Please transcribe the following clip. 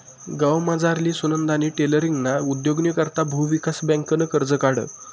गावमझारली सुनंदानी टेलरींगना उद्योगनी करता भुविकास बँकनं कर्ज काढं